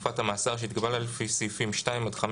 תקופת המאסר שהתקבלה לפי סעיפים 2 עד 5